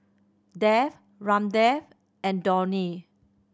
Dev Ramdev and Dhoni